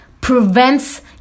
prevents